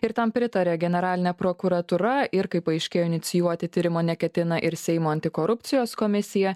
ir tam pritarė generalinė prokuratūra ir kaip paaiškėjo inicijuoti tyrimo neketina ir seimo antikorupcijos komisija